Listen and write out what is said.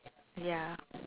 ya